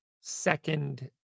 second